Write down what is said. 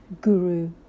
guru